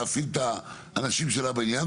אפשרות להפעיל את האנשים שלה בעניין.